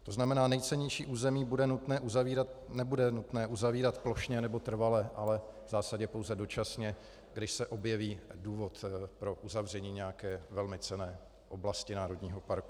To znamená, nejcennější území nebude nutné uzavírat plošně nebo trvale, ale v zásadě pouze dočasně, když se objeví důvod pro uzavření nějaké velmi cenné oblasti národního parku.